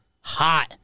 Hot